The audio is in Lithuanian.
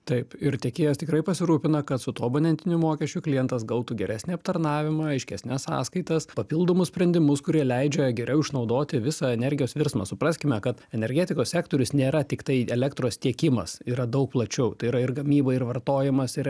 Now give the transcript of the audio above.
taip ir tiekėjas tikrai pasirūpina kad su tuo abonentiniu mokesčiu klientas gautų geresnį aptarnavimą aiškesnes sąskaitas papildomus sprendimus kurie leidžia geriau išnaudoti visą energijos virsmą supraskime kad energetikos sektorius nėra tiktai elektros tiekimas yra daug plačiau tai yra ir gamyba ir vartojimas ir